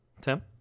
Tim